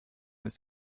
ist